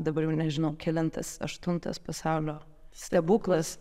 dabar jau nežinau kelintas aštuntas pasaulio stebuklas